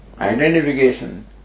identification